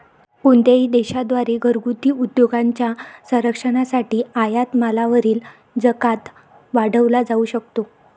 कोणत्याही देशा द्वारे घरगुती उद्योगांच्या संरक्षणासाठी आयात मालावरील जकात वाढवला जाऊ शकतो